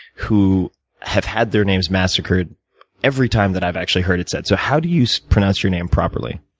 who have had their names massacred every time that i've actually heard it said. so how do you pronounce your name properly?